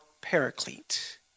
paraclete